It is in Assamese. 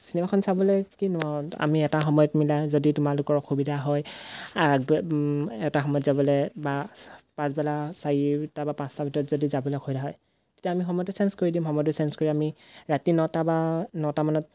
চিনেমাখন চাবলৈ কিনো আৰু আমি এটা সময়ত মিলাই যদি তোমালোকৰ অসুবিধা হয় এটা সময়ত যাবলৈ বা পাছবেলা চাৰিটা বা পাঁচটা ভিতৰত যদি যাবলৈ অসুবিধা হয় তেতিয়া আমি সময়তে চেঞ্জ কৰি দিম সময়তে চেঞ্জ কৰি আমি ৰাতি নটা বা নটামানত